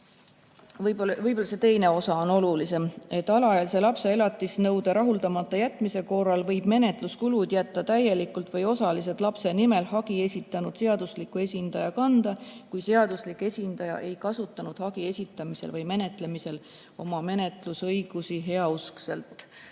Võib-olla see teine osa on olulisem, et alaealise lapse elatisnõude rahuldamata jätmise korral võib menetluskulud jätta täielikult või osaliselt lapse nimel hagi esitanud seadusliku esindaja kanda, kui seaduslik esindaja ei kasutanud hagi esitamisel või menetlemisel oma menetlusõigusi heauskselt.